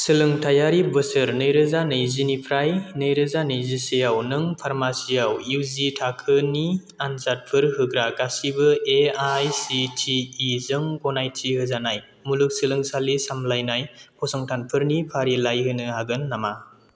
सोलोंथायारि बोसोर नैरोजा नैजिनिफ्राय नैरोजा नैजिसेआव नों फार्मासिआव इउजि थाखोनि आनजादफोर होग्रा गासिबो एआइसिटिइ जों गनायथि होजानाय मुलुग सोलोंसालि सामलायनाय फसंथानफोरनि फारिलाइ होनो हागोन नामा